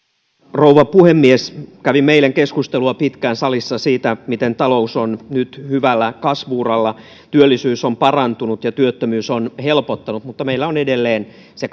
rouva puhemies kävimme eilen salissa pitkään keskustelua siitä miten talous on nyt hyvällä kasvu uralla työllisyys on parantunut ja työttömyys on helpottanut mutta meillä on edelleen se